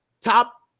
top